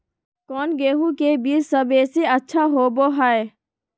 कौन गेंहू के बीज सबेसे अच्छा होबो हाय?